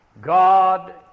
God